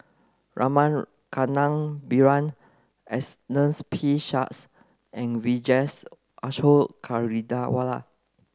Rama Kannabiran P and Vijesh Ashok Ghariwala